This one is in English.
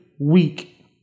weak